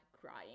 crying